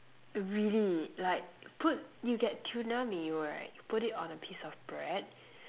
really like put you get tuna mayo right put it on a piece of bread